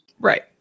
Right